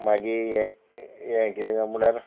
मागीर हें हें कितें काय म्हटल्यार